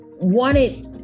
wanted